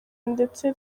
ndetse